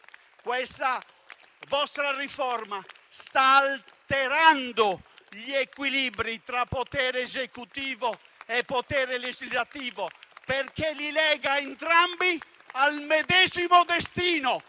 Questa vostra riforma sta alterando gli equilibri tra potere esecutivo e potere legislativo, perché li lega entrambi al medesimo destino.